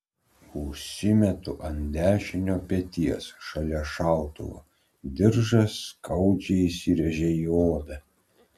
užsimetu ant dešinio peties šalia šautuvo diržas skaudžiai įsirėžia į odą